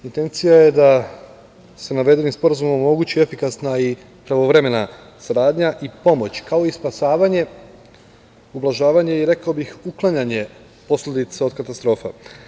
Intencija je da se navedenim sporazumom omogući efikasna i pravovremena saradnja i pomoć, kao i spasavanje, ublažavanje i rekao bih uklanjanje posledica od katastrofa.